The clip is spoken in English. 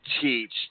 teach